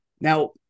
Now